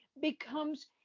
becomes